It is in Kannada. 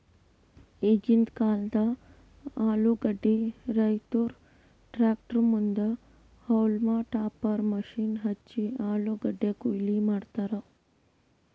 ಈಗಿಂದ್ ಕಾಲ್ದ ಆಲೂಗಡ್ಡಿ ರೈತುರ್ ಟ್ರ್ಯಾಕ್ಟರ್ ಮುಂದ್ ಹೌಲ್ಮ್ ಟಾಪರ್ ಮಷೀನ್ ಹಚ್ಚಿ ಆಲೂಗಡ್ಡಿ ಕೊಯ್ಲಿ ಮಾಡ್ತರ್